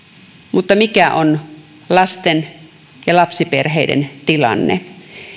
mutta mikä on lasten ja lapsiperheiden tilanne